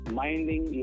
minding